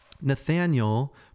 Nathaniel